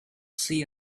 see